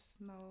no